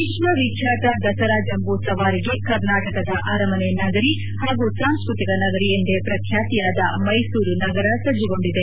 ವಿಶ್ವವಿಖ್ಯಾತ ದಸರಾ ಜಂಬೂ ಸವಾರಿಗೆ ಕರ್ನಾಟಕದ ಅರಮನೆ ಹಾಗೂ ಸಾಂಸ್ಕೃತಿಕ ನಗರಿ ಎಂದೇ ಪ್ರಖ್ಯಾತಿಯಾದ ಮ್ಯೆಸೂರು ನಗರ ಸಜ್ಲಗೊಂಡಿದೆ